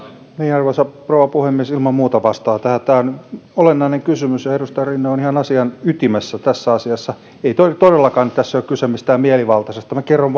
arvoisa rouva puhemies ilman muuta vastaan tähän tämä on olennainen kysymys ja edustaja rinne on ihan asian ytimessä tässä asiassa ei tässä ole todellakaan kyse mistään mielivaltaisesta minä kerron